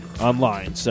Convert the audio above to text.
online